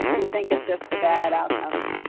you think of just the bad outcomes.